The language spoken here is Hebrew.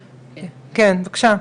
בבקשה.